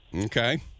Okay